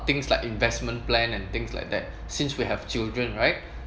things like investment plan and things like that since we have children right